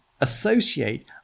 associate